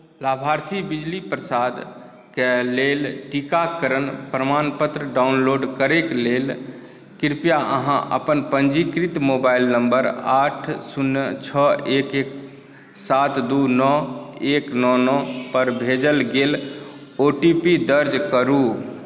लाभार्थी बिजली प्रसादके लेल टीकाकरण प्रमाणपत्र डाउनलोड करैक लेल कृपया अहाँ अपन पंजीकृत मोबाइल नंबर आठ शून्य छओ एक एक सात दू नओ एक नओ नओ पर भेजल गेल ओ टी पी दर्ज करु